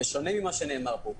בשונה ממה שנאמר כאן,